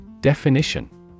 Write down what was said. Definition